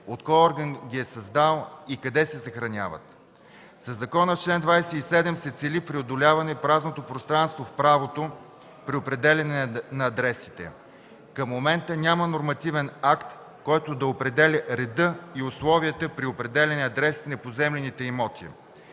кой орган ги е създал и къде се съхраняват. Със закона – в чл. 27, се цели преодоляване на празното пространство в правото при определяне на адресите. Към момента няма нормативен акт, който да определя реда и условията при определяне на адрес на поземлени имоти,